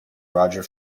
roger